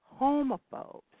homophobes